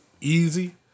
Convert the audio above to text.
easy